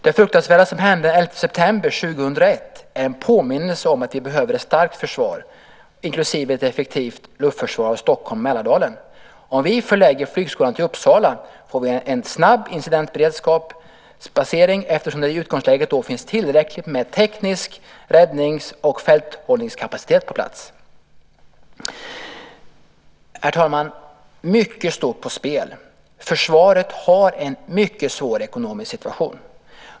Det fruktansvärda som hände den 11 september 2001 är en påminnelse om att vi behöver ett starkt försvar inklusive ett effektivt luftförsvar av Stockholm och Mälardalen. Om vi förlägger flygskolan till Uppsala får vi en snabb incidentberedskapsplacering eftersom det i utgångsläget då finns tillräckligt med teknisk kapacitet, räddningskapacitet och fälthållningskapacitet på plats. Herr talman! Mycket står på spel. Försvaret har en mycket svår ekonomisk situation.